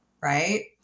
right